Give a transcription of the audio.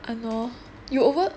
!hannor! you over